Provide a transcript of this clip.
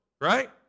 right